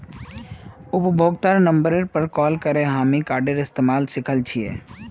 उपभोक्तार नंबरेर पर कॉल करे हामी कार्डेर इस्तमाल सिखल छि